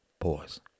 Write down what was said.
pause